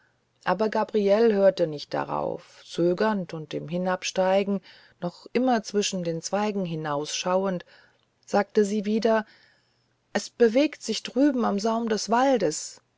aber gabriele hörte nicht darauf zögernd und im hinabsteigen noch immer zwischen den zweigen hinausschauend sagte sie wieder es bewegt sich drüben am saum des waldes